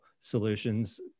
solutions